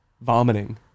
vomiting